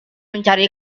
mencari